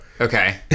Okay